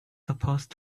supposed